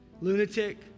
lunatic